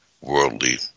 worldly